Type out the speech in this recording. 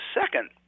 second